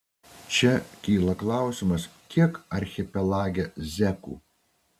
čia kyla klausimas kiek archipelage zekų